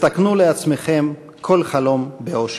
תתקנו לעצמכם כל חלום באושר.